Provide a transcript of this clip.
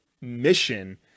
mission